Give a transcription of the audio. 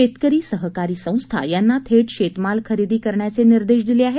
शेतकरी सहकारी संस्था यांना थेट शेतमाल खरेदी करण्याचे निर्देश दिले आहेत